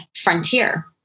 frontier